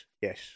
yes